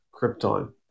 Krypton